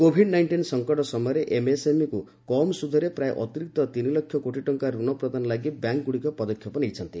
Covid nineteen ସଂକଟ ସମୟରେ ଏମ୍ଏସ୍ଏମ୍ଇକୁ କମ୍ ସୁଧରେ ପ୍ରାୟ ଅତିରିକ୍ତ ତିନି ଲକ୍ଷ କୋଟି ଟଙ୍କାର ଋଣ ପ୍ରଦାନ ଲାଗି ବ୍ୟାଙ୍କଗୁଡ଼ିକ ପଦକ୍ଷେପ ନେଇଛନ୍ତି